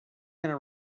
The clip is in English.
gonna